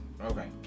Okay